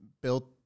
built